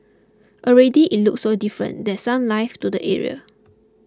already it looks so different there's some life to the area